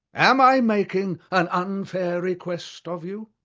am i making an unfair request of you?